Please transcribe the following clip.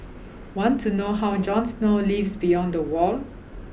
want to know how Jon Snow lives beyond the wall